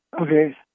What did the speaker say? Okay